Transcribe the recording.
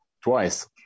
twice